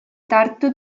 tartu